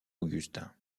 augustin